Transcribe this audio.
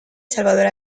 salvador